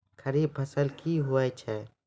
खरीफ फसल क्या हैं?